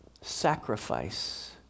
sacrifice